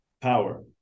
power